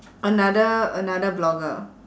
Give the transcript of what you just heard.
another another blogger